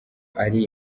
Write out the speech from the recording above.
ari